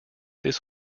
this